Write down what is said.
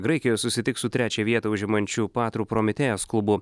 graikijoj susitiks su trečią vietą užimančiu patro prometėjas klubu